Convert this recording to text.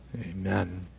Amen